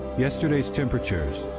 yesterday's temperatures,